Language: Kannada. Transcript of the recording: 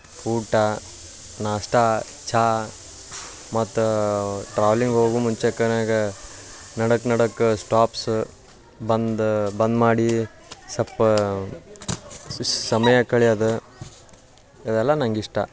ಊಟ ನಾಷ್ಟಾ ಚಹಾ ಮತ್ತು ಟ್ರಾವೆಲಿಂಗ್ ಹೋಗೋ ಮುಂಚೆ ನಡುಕ್ ನಡುಕ ಸ್ಟಾಪ್ಸ್ ಬಂದು ಬಂದ್ ಮಾಡಿ ಸಲ್ಪ ಸಮಯ ಕಳೆಯೋದು ಇದೆಲ್ಲ ನಂಗೆ ಇಷ್ಟ